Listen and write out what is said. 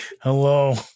hello